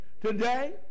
Today